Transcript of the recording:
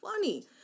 funny